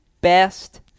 best